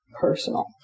personal